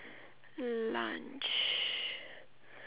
lunch